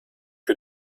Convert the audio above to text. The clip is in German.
für